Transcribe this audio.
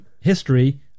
history